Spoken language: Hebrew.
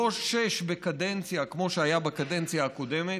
לא שש בקדנציה, כמו שהיה בקדנציה הקודמת,